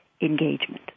engagement